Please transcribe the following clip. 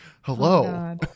hello